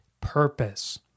purpose